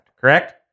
correct